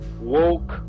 woke